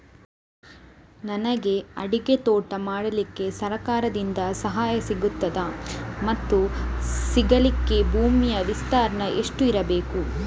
ನನಗೆ ಅಡಿಕೆ ತೋಟ ಮಾಡಲಿಕ್ಕೆ ಸರಕಾರದಿಂದ ಸಹಾಯ ಸಿಗುತ್ತದಾ ಮತ್ತು ಸಿಗಲಿಕ್ಕೆ ಭೂಮಿಯ ವಿಸ್ತೀರ್ಣ ಎಷ್ಟು ಇರಬೇಕು?